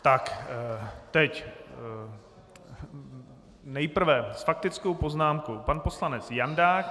Tak teď nejprve s faktickou poznámkou pan poslanec Jandák...